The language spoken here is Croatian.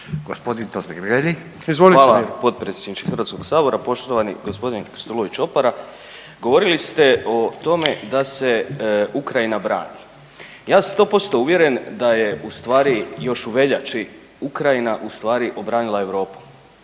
Hvala potpredsjedniče Hrvatskog sabora, poštovani gospodine Krstulović Opara. Govorili ste o tome da se Ukrajina brani. Ja sam sto posto uvjeren da je u stvari još u veljači Ukrajina u stvari obranila Europu.